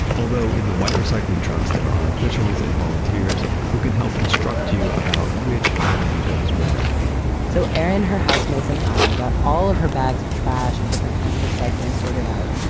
although in the white recycling trucks, there are officials and volunteers who can help instruct you about which item goes where so erin, her housemates and i got all of her bags of trash and different kinds of recycling sorted out,